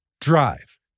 drive